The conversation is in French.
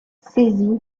saisi